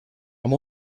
amb